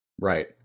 right